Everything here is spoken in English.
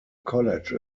college